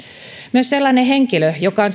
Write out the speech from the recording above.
myös sellainen henkilö joka